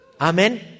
Amen